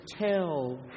tell